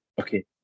okay